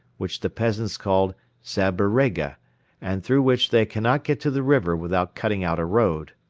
which the peasants call zaberega and through which they cannot get to the river without cutting out a road.